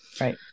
Right